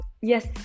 Yes